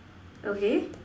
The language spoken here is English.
okay